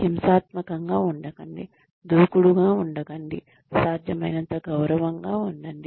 హింసాత్మకంగా ఉండకండి దూకుడుగా ఉండకండి సాధ్యమైనంత గౌరవంగా ఉండండి